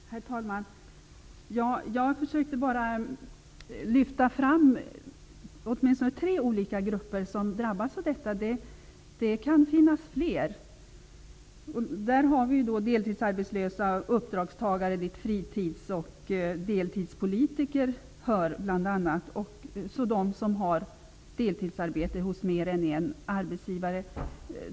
Herr talman! Jag försökte lyfta fram åtminstone tre olika grupper som drabbas av detta. Det kan finnas fler. Bland dem finns deltidsarbetslösa uppdragstagare, dit bl.a. fritids och deltidspolitiker hör, samt de som har deltidsarbete hos mer än en arbetsgivare.